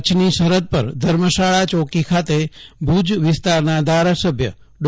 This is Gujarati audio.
કચ્છની સરહદ પર ધર્મશાળા ચોકી ખાતે ભુજ વિસ્તારના ધારાસભ્ય ડો